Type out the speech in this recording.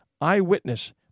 Eyewitness